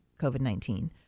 COVID-19